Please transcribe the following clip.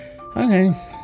Okay